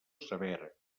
severa